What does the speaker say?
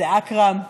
זה אכרם,